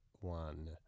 one